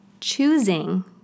Choosing